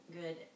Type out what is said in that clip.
good